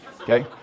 okay